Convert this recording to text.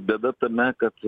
bėda tame kad